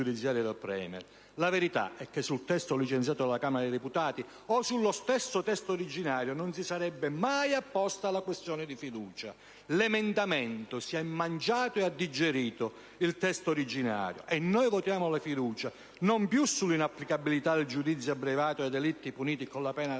La verità è che sul testo licenziato dalla Camera dei deputati, o sullo stesso testo originario, non si sarebbe mai posta la questione di fiducia. L'emendamento si è mangiato il testo originario e l'ha digerito. E noi votiamo la fiducia non più sull'inapplicabilità del giudizio abbreviato ai delitti puniti con la pena